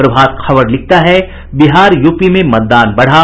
प्रभात खबर लिखता है बिहार यूपी में मतदान बढ़ा